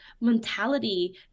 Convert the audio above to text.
mentality